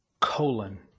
colon